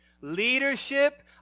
Leadership